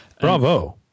Bravo